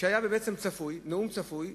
שהיה בעצם נאום צפוי,